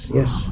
yes